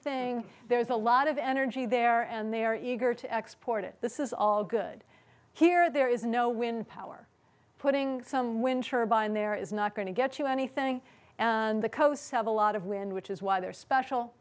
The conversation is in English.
thing there's a lot of energy there and they are eager to export it this is all good here there is no wind power putting some wind turbine there is not going to get you anything and the coasts have a lot of wind which is why they're special